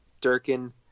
Durkin